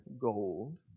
gold